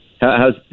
how's